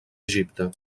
egipte